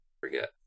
forget